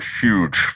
huge